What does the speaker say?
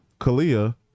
Kalia